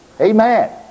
Amen